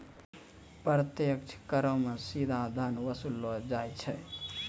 प्रत्यक्ष करो मे सीधा धन वसूललो जाय छै